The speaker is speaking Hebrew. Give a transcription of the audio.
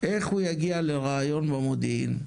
איך הוא יגיע לריאיון במודיעין?